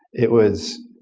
it was,